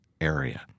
area